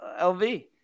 LV